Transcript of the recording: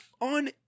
on